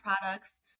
products